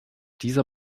dieser